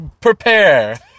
Prepare